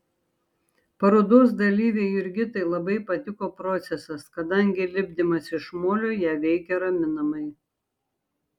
parodos dalyvei jurgitai labai patiko procesas kadangi lipdymas iš molio ją veikė raminamai